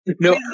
No